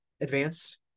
advance